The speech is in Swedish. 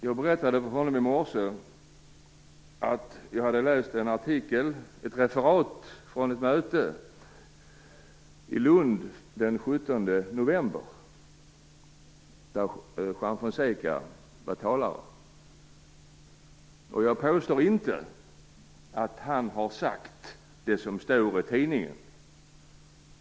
Jag berättade för honom i morse att jag hade läst ett referat från ett möte i Lund den 17 november där Juan Fonseca var talare. Jag påstår inte att han har sagt det som står i tidningen.